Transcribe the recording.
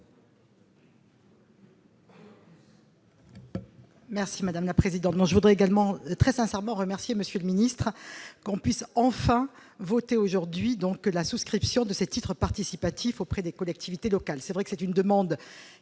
Merci madame la présidente, non, je voudrais également très sincèrement remercier monsieur le ministre, qu'on puisse enfin voter aujourd'hui, donc, que la souscription de ses titres participatifs auprès des collectivités locales, c'est vrai que c'est une demande